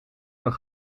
een